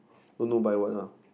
don't know buy what lah